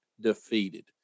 defeated